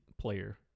player